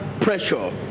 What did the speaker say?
pressure